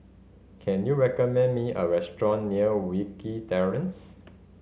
can you recommend me a restaurant near Wilkie Terrace